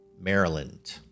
Maryland